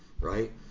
right